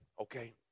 okay